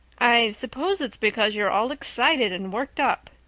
i suppose it's because you're all excited and worked up,